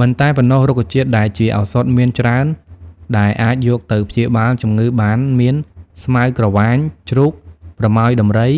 មិនតែប៉ុណ្ណោះរុក្ខជាតិដែលជាឱសថមានច្រើនដែលអាចយកទៅព្យាបាលជំងឺបានមាន ស្មៅក្រវាញ ជ្រូក ប្រមោយដំរី